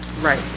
Right